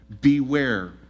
beware